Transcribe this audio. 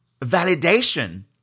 validation